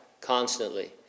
constantly